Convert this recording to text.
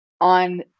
on